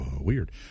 weird